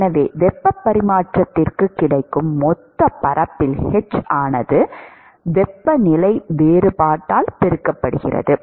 எனவே வெப்பப் பரிமாற்றத்திற்குக் கிடைக்கும் மொத்தப் பரப்பில் h என்பது வெப்பநிலை வேறுபாட்டால் பெருக்கப்படுகிறது